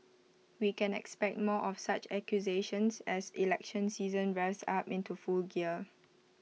we can expect more of such accusations as election season revs up into full gear